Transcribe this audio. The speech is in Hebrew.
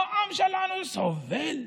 העם שלנו סובל.